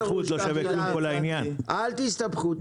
אל תסתבכו.